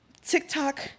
TikTok